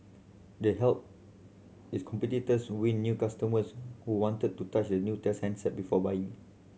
they helped its competitors win new customers who wanted to touch and new test handset before buying